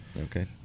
okay